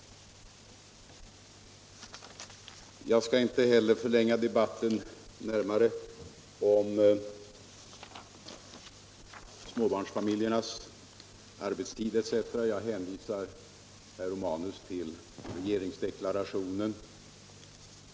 Jag skall inte heller förlänga debatten så mycket mer när det gäller småbarnsfamiljernas arbetstid etc. Jag hänvisar herr Romanus till regeringsförklaringen.